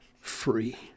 free